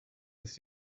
ist